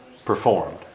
performed